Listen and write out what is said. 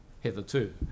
hitherto